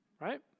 right